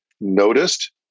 noticed